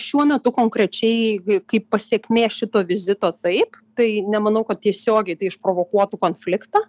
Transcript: šiuo metu konkrečiai kaip pasekmė šito vizito taip tai nemanau kad tiesiogiai tai išprovokuotų konfliktą